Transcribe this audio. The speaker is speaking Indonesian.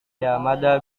yamada